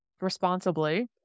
responsibly